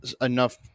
enough